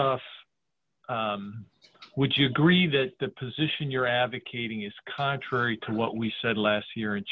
off would you agree that the position you're advocating is contrary to what we said last year in